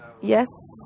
Yes